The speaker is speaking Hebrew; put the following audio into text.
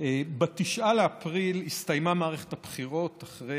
ב-9 באפריל הסתיימה מערכת הבחירות אחרי